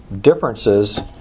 differences